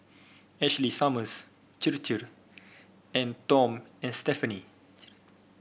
Ashley Summers Chir Chir and Tom and Stephanie